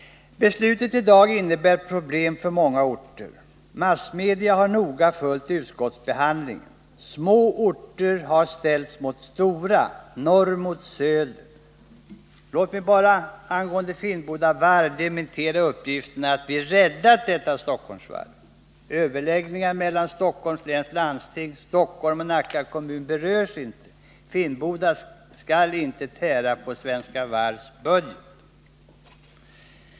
Beslutet i dag innebär problem för många orter. Massmedia har noga följt utskottsbehandlingen. Små orter har ställts mot stora, norr mot söder. Låt mig bara när det gäller Finnboda Varf dementera uppgiften att vi ”räddat” detta Stockholmsvarv. Överläggningarna mellan Stockholms läns landsting, Stockholms och Nacka kommuner berörs inte. Finnboda skall inte tära på Svenska Varvs budget.